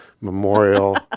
Memorial